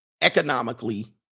Economically